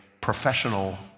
professional